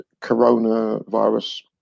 coronavirus